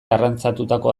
arrantzatutako